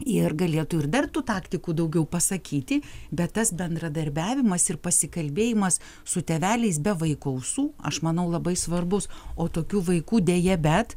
ir galėtų ir dar tų taktikų daugiau pasakyti bet tas bendradarbiavimas ir pasikalbėjimas su tėveliais be vaikų ausų aš manau labai svarbus o tokių vaikų deja bet